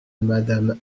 madame